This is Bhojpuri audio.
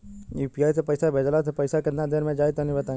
यू.पी.आई से पईसा भेजलाऽ से पईसा केतना देर मे जाई तनि बताई?